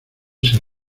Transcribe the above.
ser